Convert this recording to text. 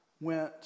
went